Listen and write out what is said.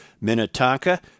Minnetonka